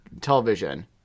television